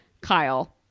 Kyle